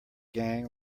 gang